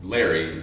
Larry